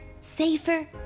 safer